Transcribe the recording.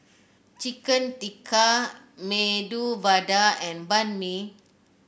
Chicken Tikka Medu Vada and Banh Mi